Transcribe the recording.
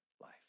life